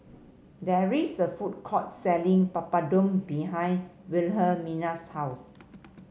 there is a food court selling Papadum behind Wilhelmina's house